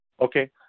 Okay